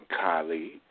colleague